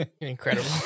Incredible